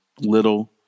little